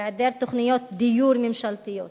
היעדר תוכניות דיור ממשלתיות,